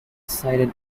cited